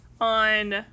on